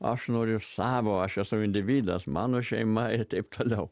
aš noriu savo aš esu individas mano šeima ir taip toliau